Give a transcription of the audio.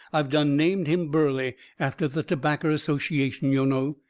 i've done named him burley after the tobaccer association, yo' know.